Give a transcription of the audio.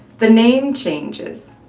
the name changes,